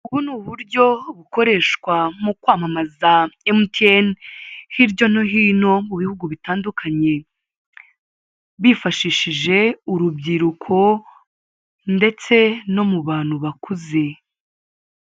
Ubu ni uburyo bukoreshwa mu kwamamaza emutiyeni, hirya no hino, mu bihugu bitandukanye, bifashishije urubyiruko ndetse no mu bantu bakuze.